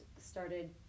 started